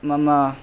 मम